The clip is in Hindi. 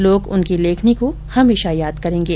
लोग उनकी लेखनी को हमेशा याद करेंगे